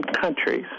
countries